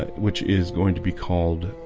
which is going to be called?